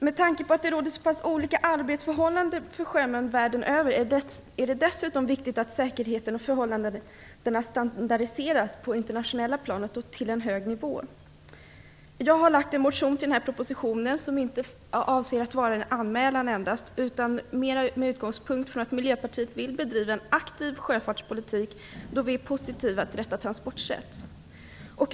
Med tanke på att det råder så olika arbetsförhållanden för sjömän världen över är det dessutom viktigt att säkerheten och förhållandena standardiseras på det internationella planet, och att det sker på en hög nivå. Jag har lagt en motion till den här propositionen som inte avser att vara endast en anmälan. Det har skett med utgångspunkt i att Miljöpartiet vill bedriva en aktiv sjöfartspolitik, då vi är positiva till detta transportsätt.